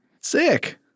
Sick